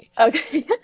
Okay